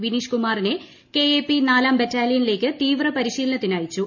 വിനീഷ് കുമാറിനെ കെഎപി നാലാം ബറ്റാലിയനിലേക്ക് തീവ്ര പരിശീലനത്തിന് അയച്ചു